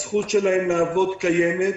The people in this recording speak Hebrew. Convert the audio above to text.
הזכות שלהם לעבוד קיימת.